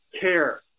care